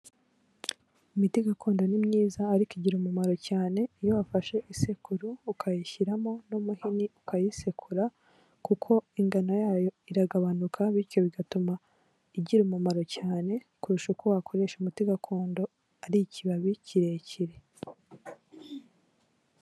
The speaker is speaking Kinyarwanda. Imiti gakondo ni myiza ariko igira umumaro cyane iyo wafashe isekuru ukayishyiramo n'umuhini, ukayisekura kuko ingano yayo iragabanuka bityo bigatuma igira umumaro cyane kurusha uko wakoresha umuti gakondo ari ikibabi kirekire.